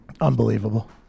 Unbelievable